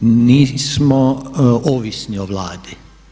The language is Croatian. Nismo ovisni o Vladi.